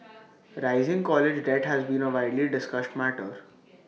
rising college debt has been A widely discussed matter